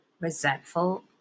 resentful